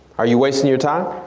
are you wasting your time?